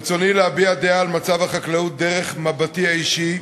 ברצוני להביע דעה על מצב החקלאות דרך מבטי האישי,